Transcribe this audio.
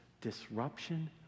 disruption